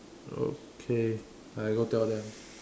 okay I go tell them